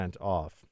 off